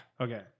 Okay